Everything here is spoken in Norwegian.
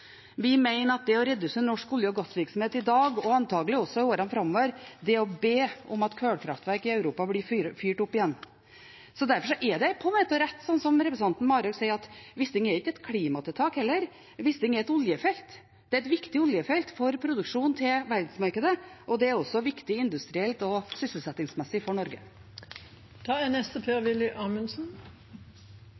Vi mener at det å redusere norsk olje- og gassvirksomhet i dag – og antakelig også i årene framover – er å be om at kullkraftverk i Europa blir fyrt opp igjen. Derfor er det på en måte rett det som representanten Marhaug sier, at Wisting ikke er et klimatiltak. Wisting er et oljefelt – det er et viktig oljefelt for produksjon til verdensmarkedet, og det er også viktig industrielt og sysselsettingsmessig for Norge.